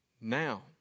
now